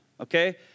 okay